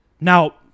Now